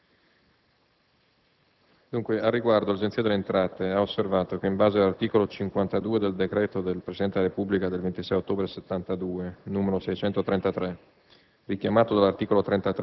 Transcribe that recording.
e le finanze*. Al riguardo, l'Agenzia delle entrate ha osservato che in base all'articolo 52 del decreto del Presidente della Repubblica del 26 ottobre 1972, n. 633,